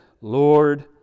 Lord